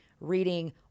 reading